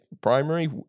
primary